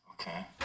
Okay